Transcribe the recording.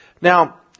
Now